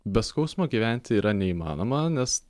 be skausmo gyventi yra neįmanoma nes